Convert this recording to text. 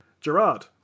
Gerard